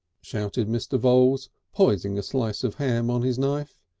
shouted mr. voules, poising a slice of ham on his knife.